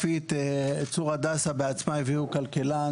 צור הדסה בעצמם הביאו כלכלן